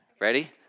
Ready